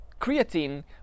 creatine